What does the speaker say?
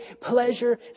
pleasure